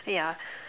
yeah